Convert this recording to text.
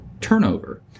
turnover